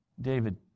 David